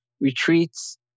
retreats